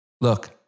Look